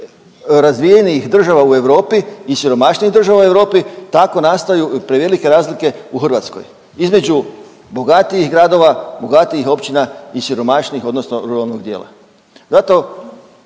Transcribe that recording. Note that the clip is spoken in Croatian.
razvijenijih država u Europi i siromašnijih država u Europi, tako nastaju i prevelike razlike u Hrvatskoj između bogatijih gradova, bogatijih općina i siromašnijih, odnosno ruralnog dijela. Zato